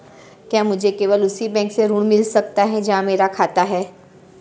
क्या मुझे केवल उसी बैंक से ऋण मिल सकता है जहां मेरा खाता है?